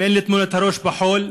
ואין לטמון את הראש בחול,